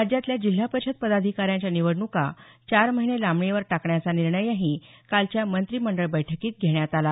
राज्यातल्या जिल्हा परिषद पदाधिकाऱ्यांच्या निवडणुका चार महिने लांबणीवर टाकण्याचा निर्णयही कालच्या मंत्रीमंडळ बैठकीत घेण्यात आला